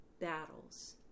battles